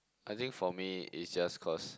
I think for me it's just cause